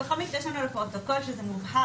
בכל מקרה, יש לנו פרוטוקול וזה מובהר.